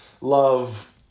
love